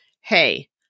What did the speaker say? Hey